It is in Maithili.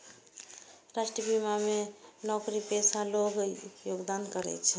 राष्ट्रीय बीमा मे नौकरीपेशा लोग योगदान करै छै